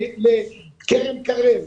על קרן "קרב",